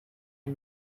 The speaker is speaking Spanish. hay